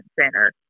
center